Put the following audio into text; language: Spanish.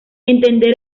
entender